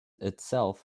itself